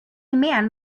man